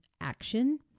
action